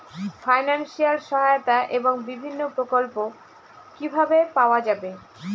Financial সহায়তা এবং বিভিন্ন প্রকল্প কিভাবে পাওয়া যাবে?